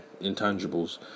intangibles